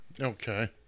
Okay